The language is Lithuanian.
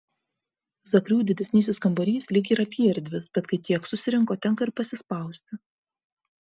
zakrių didesnysis kambarys lyg ir apyerdvis bet kai tiek susirinko tenka ir pasispausti